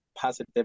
positive